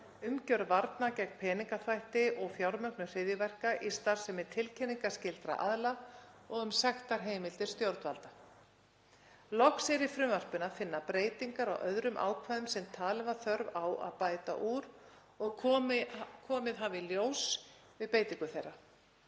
umgjörð varna gegn peningaþvætti og fjármögnun hryðjuverka í starfsemi tilkynningarskyldra aðila og um sektarheimildir stjórnvalda. Loks er í frumvarpinu að finna breytingar á öðrum ákvæðum sem talin var þörf á að bæta úr og komið hafa í ljós við beitingu þeirra.